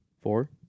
four